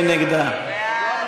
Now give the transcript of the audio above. מי נגדה?